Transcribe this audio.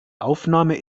aufnahme